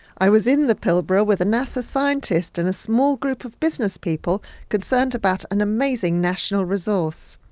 i was in the pilbara with a nasa scientist and a small group of businesspeople concerned about an amazing national resource.